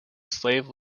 slave